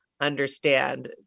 understand